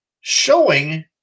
showing